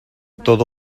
todo